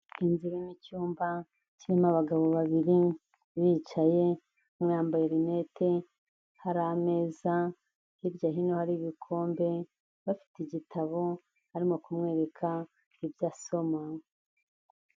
Inzu irimo icyumba kirimo abagabo babiri bicaye, umwe yambaye rinete, hari ameza, hirya hino hari ibikombe, bafite igitabo, arimo kumwereka ibyo asoma.